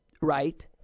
right